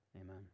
Amen